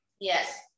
yes